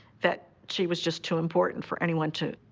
that she was just too important for anyone to,